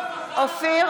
אופיר